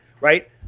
right